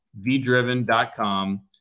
VDriven.com